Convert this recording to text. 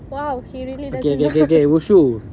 !wow! he really doesn't know